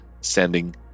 sending